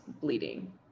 bleeding